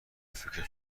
فکر